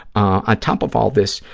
ah top of all this,